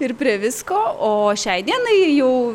ir prie visko o šiai dienai jau